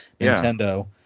Nintendo